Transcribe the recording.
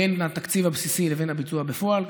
בין התקציב הבסיסי לבין הביצוע בפועל.